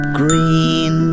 green